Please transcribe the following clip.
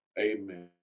Amen